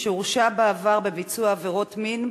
שהורשע בעבר בביצוע עבירות מין,